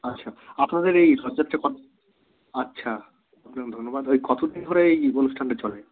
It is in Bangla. আচ্ছা আপনাদের এই রথযাত্রা আচ্ছা ধন্যবাদ ওই কত দিন ধরে এই অনুষ্ঠানটা চলে